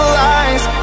lies